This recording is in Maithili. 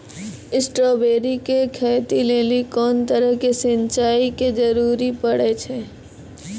स्ट्रॉबेरी के खेती लेली कोंन तरह के सिंचाई के जरूरी पड़े छै?